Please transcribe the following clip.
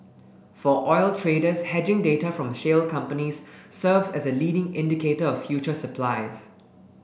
for oil traders hedging data from shale companies serves as a leading indicator of future supplies